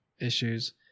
issues